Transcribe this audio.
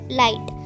light